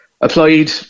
applied